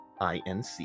INC